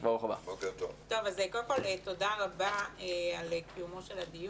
טוב, אז קודם כל תודה רבה על קיומו של הדיון.